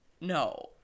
no